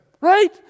Right